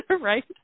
Right